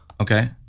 Okay